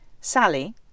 Sally